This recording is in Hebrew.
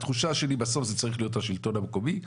התחושה שלי בסוף זה צריך להיות השלטון המקומי,